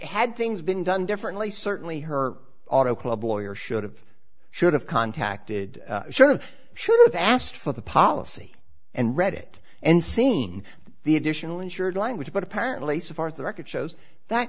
had things been done differently certainly her auto club lawyer should have should have contacted should should have asked for the policy and read it and seen the additional insured language but apparently so far as the record shows that